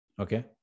Okay